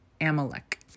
Amalek